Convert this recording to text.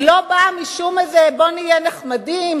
היא לא באה משום איזה, בוא נהיה נחמדים,